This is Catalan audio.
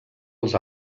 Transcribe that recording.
als